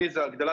ודים,